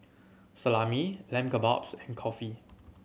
Salami Lamb Kebabs and Kulfi